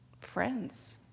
friends